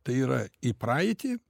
tai yra į praeitį